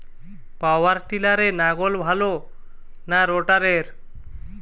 পাওয়ার টিলারে লাঙ্গল ভালো না রোটারের?